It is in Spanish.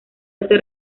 hace